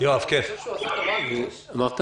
אמרת